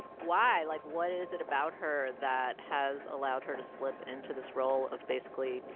why? like, what is it about her that has allowed her to slip into this role of, basically,